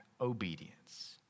obedience